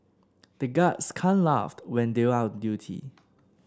the guards can't laugh when they are on duty